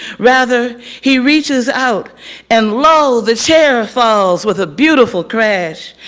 rather he reaches out and lo the chair falls with a beautiful crash,